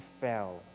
fell